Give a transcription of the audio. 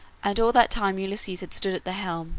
and all that time ulysses had stood at the helm,